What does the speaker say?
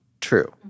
true